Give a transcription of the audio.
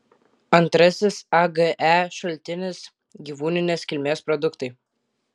antrasis age šaltinis gyvūninės kilmės produktai